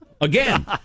Again